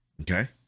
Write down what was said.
Okay